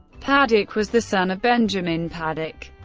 paddock was the son of benjamin paddock,